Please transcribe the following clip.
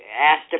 asked